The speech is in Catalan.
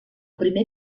primer